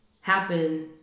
happen